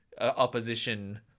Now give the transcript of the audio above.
opposition